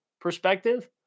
perspective